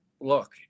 look